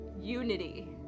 unity